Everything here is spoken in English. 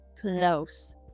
close